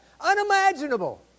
unimaginable